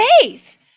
Faith